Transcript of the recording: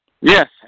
Yes